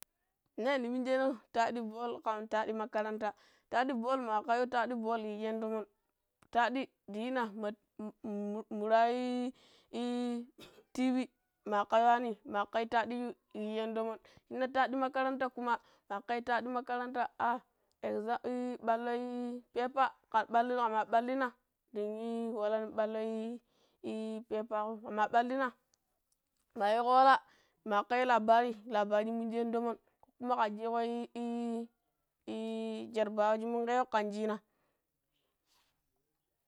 ne ni minjeno taɗi kan taɗi makaranta, tadi makaryu taɗi yijeno tomon. Taɗi, diiyinah ma mur murayi "iii iii, tivi maka yuwani makah yu tadiju yigenu tomon shin nah taɗi makaranta kuma makah yu taɗi makaranta a exa ii balloyii pepa kar balluru ka mar ballina ɗinyi walla nin balloyi ii pepa ko kamar bullina mayiko walla makar yu labarii labari munjeno tomon kuma kah cikoi ii ii jarabawa chii munge kgo kan cinah.